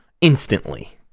instantly